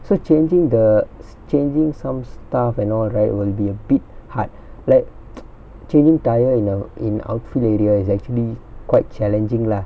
so changing the s~ changing some stuff and all right will be a bit hard like changing tire in a in outfield area is actually quite challenging lah